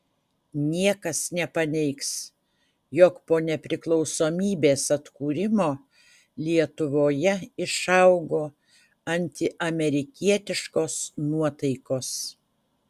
niekas nepaneigs jog po nepriklausomybės atkūrimo lietuvoje išaugo antiamerikietiškos nuotaikos